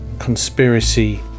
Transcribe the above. Conspiracy